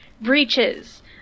breaches